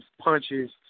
punches